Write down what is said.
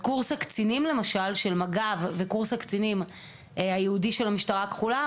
קורס הקצינים של מג"ב וקורס הקצינים הייעודי של המשטרה הכחולה,